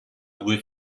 due